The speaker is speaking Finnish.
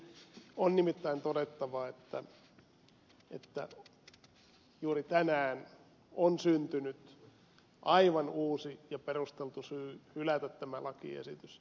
on nimittäin todettava että juuri tänään on syntynyt aivan uusi ja perusteltu syy hylätä tämä lakiesitys